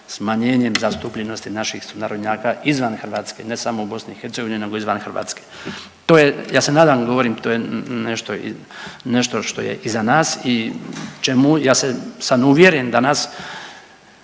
smanjenjem zastupljenosti naših sunarodnjaka izvan Hrvatske, ne samo u Bosni i Hercegovini, nego izvan Hrvatske. To je, ja se nadam govorim to je nešto što je iza nas i čemu, ja sam uvjeren danas